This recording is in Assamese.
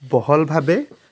বহলভাৱে